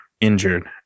injured